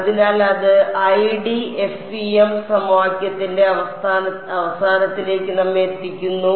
അതിനാൽ അത് 1D FEM സമവാക്യത്തിന്റെ അവസാനത്തിലേക്ക് നമ്മെ എത്തിക്കുന്നു